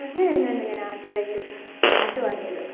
അങ്ങനെ ഞാൻ ഞാനാദ്യമായിട്ട് പാട്ടു പാടിയത്